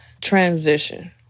transition